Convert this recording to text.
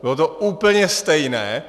Bylo to úplně stejné.